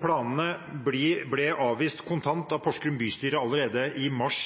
planene ble avvist kontant av Porsgrunn bystyre allerede i mars